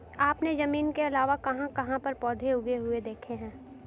आपने जमीन के अलावा कहाँ कहाँ पर पौधे उगे हुए देखे हैं?